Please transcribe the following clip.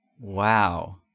wow